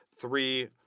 three